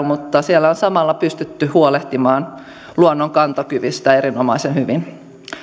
mutta siellä on samalla pystytty huolehtimaan luonnon kantokyvystä erinomaisen hyvin